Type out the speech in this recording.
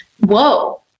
whoa